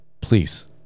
please